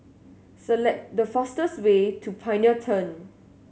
select the fastest way to Pioneer Turn